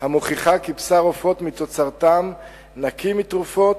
המוכיחה כי בשר העופות מתוצרתם נקי מתרופות,